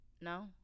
no